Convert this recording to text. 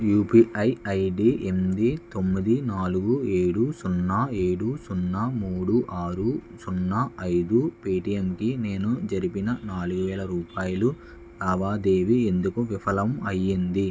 UPI ID ఎనిమిది తొమ్మిది నాలుగు ఏడు సున్న ఏడు సున్న మూడు ఆరు సున్న ఐదు పేటిఎంకి నేను జరిపిన నాలుగు వేల రూపాయల లావాదేవీ ఎందుకు విఫలం అయ్యింది